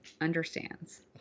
understands